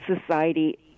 society